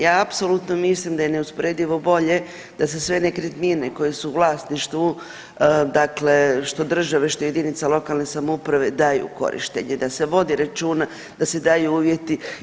Ja apsolutno mislim da je neusporedivo bolje da se sve nekretnine koje su u vlasništvu, dakle što države, što jedinica lokalne samouprave daju u korištenje, da se vodi računa da se daju uvjeti.